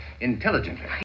intelligently